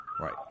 right